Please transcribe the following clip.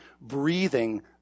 breathing